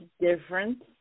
different